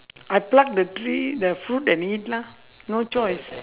I pluck the tree the fruit and eat lah no choice